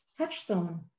touchstone